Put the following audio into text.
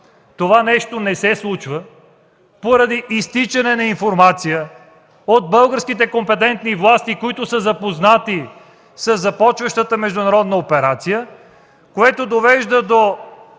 Това нещо не се случва поради изтичане на информация от българските компетентни власти, които са запознати със започващата международна операция, което довежда до